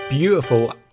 beautiful